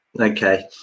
Okay